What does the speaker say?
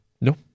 No